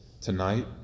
tonight